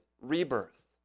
rebirth